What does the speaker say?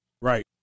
Right